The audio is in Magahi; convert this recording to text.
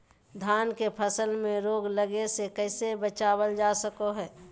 धान के फसल में रोग लगे से कैसे बचाबल जा सको हय?